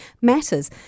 matters